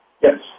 Yes